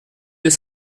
deux